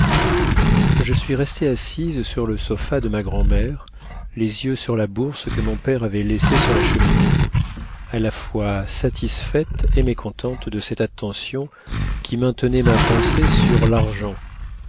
je suis restée assise sur le sofa de ma grand'mère les yeux sur la bourse que mon père avait laissée sur la cheminée à la fois satisfaite et mécontente de cette attention qui maintenait ma pensée sur l'argent